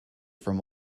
from